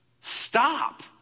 Stop